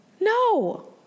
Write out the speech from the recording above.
No